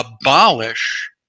abolish